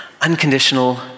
unconditional